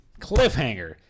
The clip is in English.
Cliffhanger